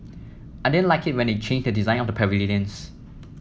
I didn't like it when they changed the design of the pavilions